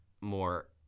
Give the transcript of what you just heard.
more